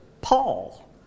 Paul